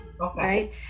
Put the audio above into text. right